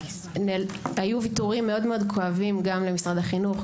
היו ויתורים מאוד כואבים גם למשרד החינוך,